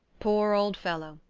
poor old fellow!